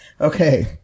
Okay